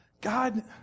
God